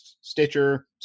Stitcher